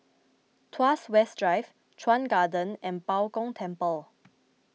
Tuas West Drive Chuan Garden and Bao Gong Temple